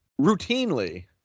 routinely